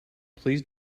please